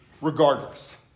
regardless